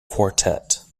quartet